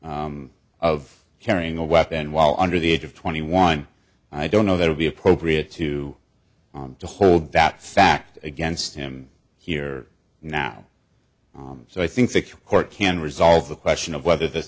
of of carrying a weapon while under the age of twenty one i don't know that would be appropriate to to hold that fact against him here now so i think the court can resolve the question of whether the